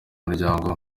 muryango